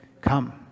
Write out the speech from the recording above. Come